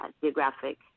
geographic